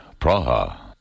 Praha